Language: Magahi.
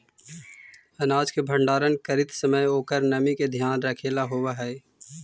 अनाज के भण्डारण करीत समय ओकर नमी के ध्यान रखेला होवऽ हई